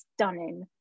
stunning